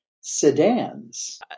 sedans